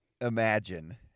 imagine